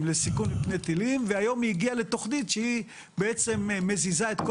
לסיכון מפני טילים והיום היא הגיעה לתוכנית שהיא בעצם מזיזה את כל